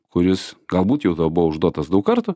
kuris galbūt jau tau buvo užduotas daug kartų